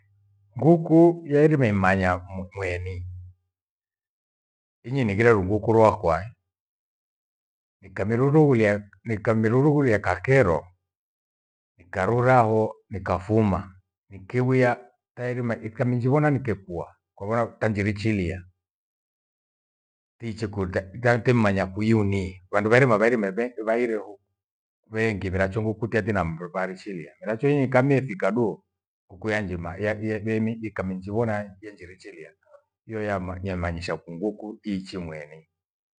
Nguku yairima imanya mweni. Inyiningire ru nguku rowakwai nikamirurughuria- nikamirurughulia kakero nikarura ho nikafuma. Nikiwia tairima ikaminjivona nikekua kwavyona tanjirichiria. Tichi kuta gatemmanya kwi iunii. Vandu vyairima vairima vaire ve vaiire hoo vyengi veracho nguku tietia na mndu vairichilia miracho inyikamie fikadou kuku ya njima gheni ikaminjivona ienjerichiria. Hiyo yamaa- nyemanjisha kunguku iichi mweni